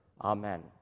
Amen